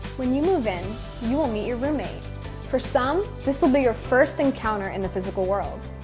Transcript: when you move in you will meet your roommate for some this will be your first encounter in the physical world